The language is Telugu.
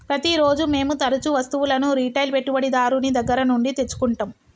ప్రతిరోజూ మేము తరుచూ వస్తువులను రిటైల్ పెట్టుబడిదారుని దగ్గర నుండి తెచ్చుకుంటం